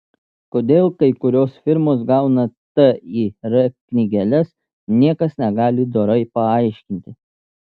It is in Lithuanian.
kodėl kai kurios firmos gauna tir knygeles niekas negali dorai paaiškinti